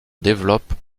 développent